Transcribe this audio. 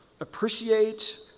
appreciate